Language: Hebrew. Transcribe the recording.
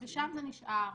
שם זה נשאר.